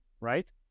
right